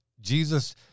Jesus